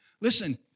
listen